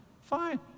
fine